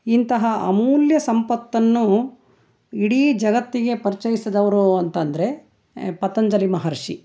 ಇಂತಹ ಅಮೂಲ್ಯ ಸಂಪತ್ತನ್ನು ಇಡೀ ಜಗತ್ತಿಗೆ ಪರಿಚಯ್ಸಿದವ್ರು ಅಂತಂದರೆ ಪತಂಜಲಿ ಮಹರ್ಷಿ